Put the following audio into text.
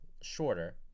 shorter